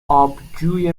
آبجوی